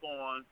on